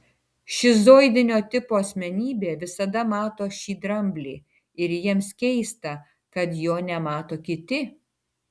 šizoidinio tipo asmenybė visada mato šį dramblį ir jiems keista kad jo nemato kiti